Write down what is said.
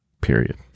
period